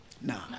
No